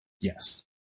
Yes